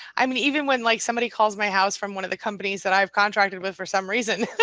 i mean even when like somebody calls my house from one of the companies that i've contracted with for some reason,